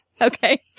Okay